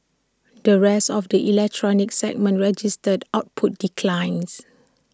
the rest of the electronics segments registered output declines